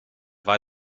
war